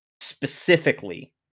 specifically